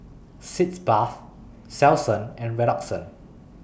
Sitz Bath Selsun and Redoxon